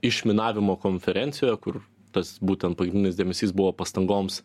išminavimo konferencijoje kur tas būtent pagrindinis dėmesys buvo pastangoms